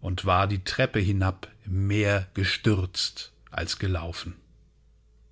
und war die treppe hinab mehr gestürzt als gelaufen